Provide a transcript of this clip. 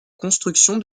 construction